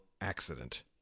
accident